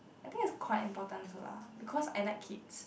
I think it's quite important also lah cause I like kids